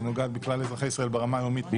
היא נוגעת בכלל אזרחי ישראל ברמה היומית.